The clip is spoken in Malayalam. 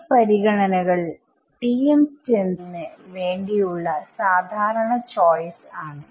ഈ പരിഗണനകൾ ™ സ്റ്റെൻസിൽ ന് വേണ്ടിയുള്ള സാദാരണ ചോയ്സ് ആണ്